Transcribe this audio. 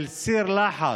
של סיר לחץ